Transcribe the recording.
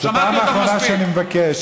זו פעם אחרונה שאני מבקש,